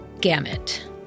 gamut